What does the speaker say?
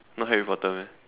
not Harry Potter meh